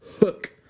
Hook